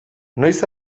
noiz